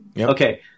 Okay